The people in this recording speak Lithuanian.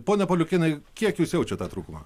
pone pauliukėnai kiek jūs jaučiat tą trūkumą